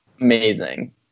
amazing